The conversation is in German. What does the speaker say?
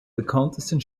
bekanntesten